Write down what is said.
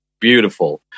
beautiful